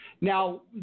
Now